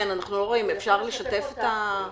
החופים מתחלקים מבינוני כבד, שזה אדום,